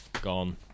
gone